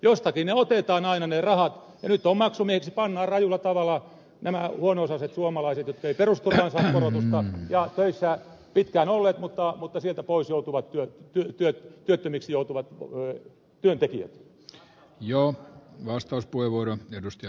jostakin ne otetaan aina ne rahat ja nyt maksumiehiksi pannaan rajulla tavalla nämä huono osaiset suomalaiset jotka eivät perusturvaan saa korotusta ja töissä pitkään olleet mutta sieltä pois joutuvat työttömiksi joutuvat työntekijät